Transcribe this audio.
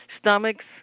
stomachs